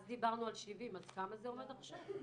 אז דיברנו על 70 אז כמה זה עומד עכשיו?